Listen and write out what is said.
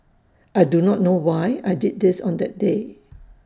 I do not know why I did this on that day